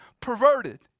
perverted